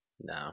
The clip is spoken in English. no